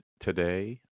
today